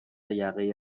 یقه